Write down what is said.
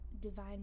divine